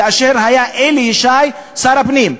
כאשר אלי ישי היה שר הפנים.